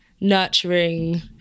nurturing